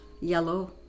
yellow